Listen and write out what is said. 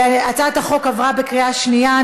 הצעת החוק עברה בקריאה שנייה.